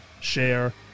share